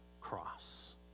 cross